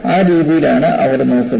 ആ രീതിയിലാണ് അവർ നോക്കുന്നത്